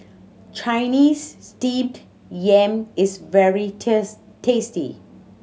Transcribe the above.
Chinese Steamed Yam is very tasty